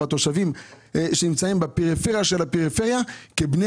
בתושבים שנמצאים בפריפריה של הפריפריה כבני